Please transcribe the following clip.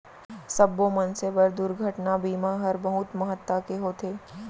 सब्बो मनसे बर दुरघटना बीमा हर बहुत महत्ता के होथे